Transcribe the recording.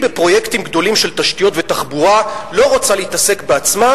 שבפרויקטים גדולים של תשתיות ותחבורה היא לא רוצה להתעסק בעצמה,